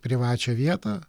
privačią vietą